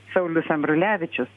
saulius ambrulevičius